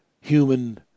human